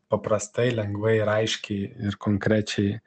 paprastai lengvai ir aiškiai ir konkrečiai